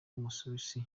w’umusuwisi